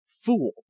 fool